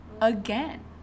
again